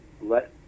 let